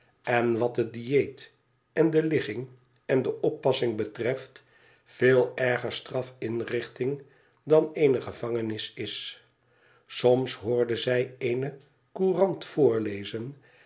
en wat het dieet en de ligging en de oppassing betreft veel erger straf inrichting dan eene gevangenis is soms hoorde zij eene courant voorlezen